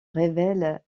révèle